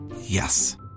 Yes